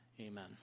Amen